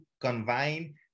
Combine